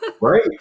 Right